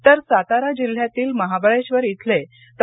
तर सातारा जिल्हयातील महाबळेश्वर इथले डॉ